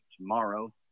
tomorrow